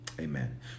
amen